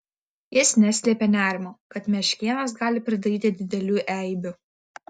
jis neslėpė nerimo kad meškėnas gali pridaryti didelių eibių